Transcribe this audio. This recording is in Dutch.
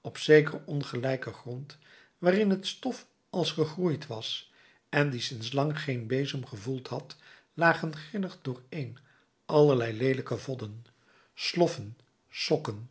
op zekeren ongelijken grond waarin het stof als gegroeid was en die sinds lang geen bezem gevoeld had lagen grillig dooreen allerlei leelijke vodden sloffen sokken